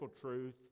truth